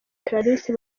clarisse